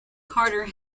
carter